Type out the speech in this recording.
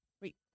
Wait